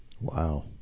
Wow